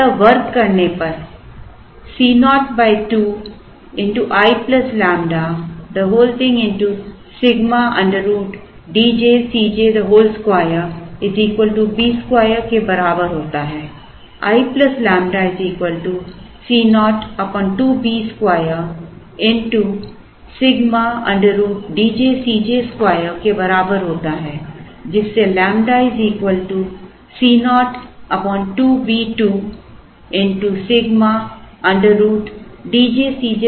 अतः वर्ग करने पर Co 2 i ƛ x Σ √ 2 B2 के बराबर होता है i ƛ Co 2 B 2 Σ √ 2 के बराबर होता है जिससे ƛ Co 2 B2 Σ √ 2 i